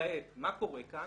כעת מה קורה כאן?